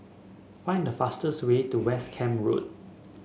find the fastest way to West Camp Road